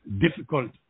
difficult